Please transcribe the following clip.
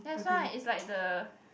that's why is like the